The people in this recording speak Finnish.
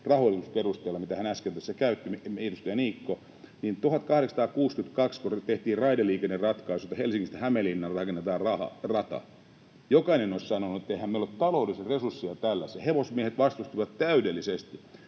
perustetta edustaja Niikko äsken tässä käytti, että 1862, kun tehtiin raideliikenneratkaisu, että Helsingistä Hämeenlinnaan rakennetaan rata, jokainen oli sanonut: ”Eihän meillä ole taloudellisia resursseja tällaiseen.” Hevosmiehet vastustivat täydellisesti: